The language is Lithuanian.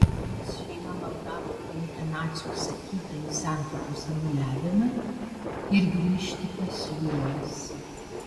jos šeima maldavo priimti nacių įsakytąjį santuokos anuliavimą ir grįžti pas juos